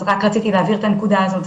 אז רק רציתי להעביר את הנקודה הזאת,